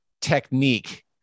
technique